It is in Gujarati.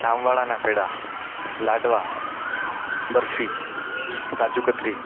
જામવાળાના પેંડા લાડવા બરફી કાજુકતરી